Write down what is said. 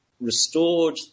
restored